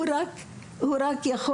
הוא רק יכול